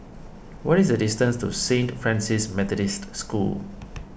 what is the distance to Saint Francis Methodist School